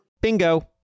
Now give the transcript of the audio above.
Bingo